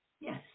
Yes